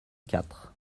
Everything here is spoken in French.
quatre